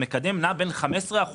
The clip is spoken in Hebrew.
המקדם נע בין 15%,